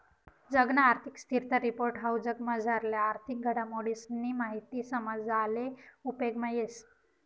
जगना आर्थिक स्थिरता रिपोर्ट हाऊ जगमझारल्या आर्थिक घडामोडीसनी माहिती समजाले उपेगमा येस